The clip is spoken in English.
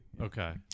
okay